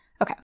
Okay